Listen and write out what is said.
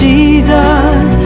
Jesus